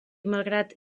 malgrat